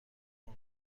مرغ